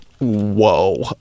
Whoa